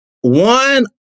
one